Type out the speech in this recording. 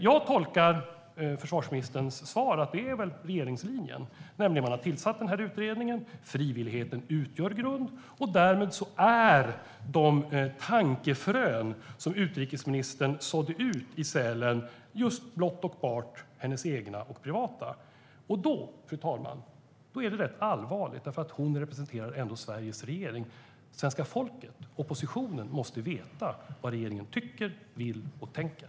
Jag tolkar försvarsministerns svar som att det är regeringens linje. Man har tillsatt den här utredningen. Frivilligheten utgör grund, och därmed är de tankefrön som utrikesministern sådde i Sälen blott och bart hennes egna och privata. Det är rätt allvarligt, fru talman, för hon representerar ändå Sveriges regering. Svenska folket och oppositionen måste veta vad regeringen tycker, vill och tänker.